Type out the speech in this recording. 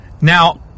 Now